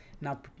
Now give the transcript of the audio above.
now